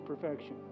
perfection